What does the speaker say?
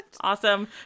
Awesome